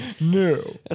No